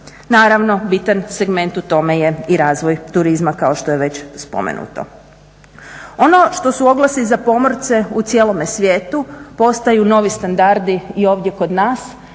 Naravno bitan segment u tome je i razvoj turizma kao što je već spomenuto. Ono što su oglasi za pomorce u cijelome svijetu postaju novi standardi i ovdje kod nas,